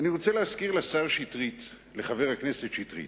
אני רוצה להזכיר לחבר הכנסת שטרית: